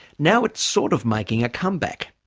now it's sort of making a comeback.